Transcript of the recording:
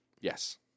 Yes